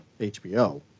HBO